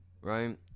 right